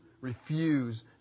refuse